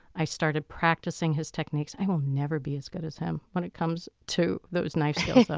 i started practicing his techniques. i'll never be as good as him when it comes to those knife skills though.